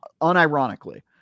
unironically